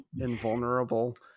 invulnerable